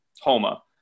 Homa